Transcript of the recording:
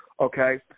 okay